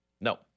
No